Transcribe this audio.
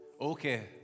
Okay